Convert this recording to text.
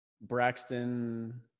Braxton